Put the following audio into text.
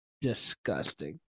disgusting